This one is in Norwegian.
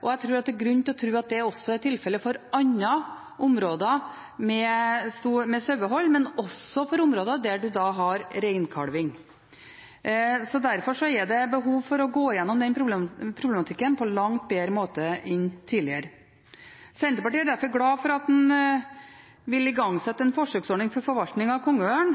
og jeg tror det er grunn til å tro at det også er tilfellet i andre områder med sauehold, men også i områder der man har reinkalving. Derfor er det behov for å gå igjennom den problematikken på en langt bedre måte enn tidligere. Senterpartiet er derfor glad for at man vil igangsette en forsøksordning for forvaltning av kongeørn,